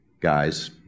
guys